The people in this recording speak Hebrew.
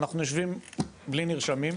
אנחנו יושבים בלי נרשמים,